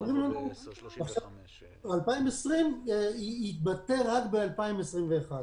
2020 יתבטא רק ב-2021.